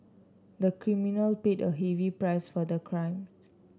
the criminal paid a heavy price for the crime